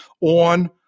on